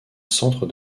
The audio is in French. centre